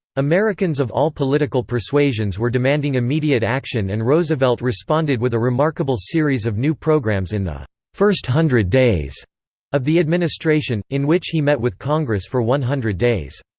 americans of all political persuasions were demanding immediate action and roosevelt responded with a remarkable series of new programs in the first hundred days of the administration, in which he met with congress for one hundred days.